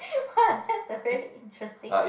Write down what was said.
!wah! that's a very interesting